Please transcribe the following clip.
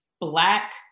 black